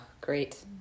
great